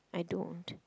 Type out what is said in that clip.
I don't